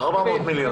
400 מיליון.